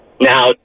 Now